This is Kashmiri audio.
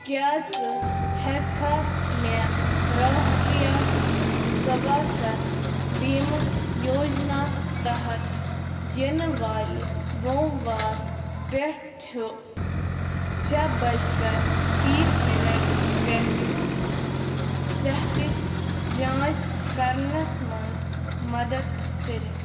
کیٛاہ ژٕ ہیٚککھا مےٚ راشٹریہ سواستھ بیمہٕ یوجنا تحت ینہٕ والہِ بوموار پٮ۪ٹھ چھُ شےٚ بج کر تیٖس منٹ پؠٹھ صحتٕچ جانچ کرنس منٛز مدد کٔرتھ